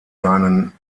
seinen